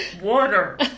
Water